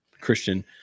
Christian